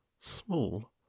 Small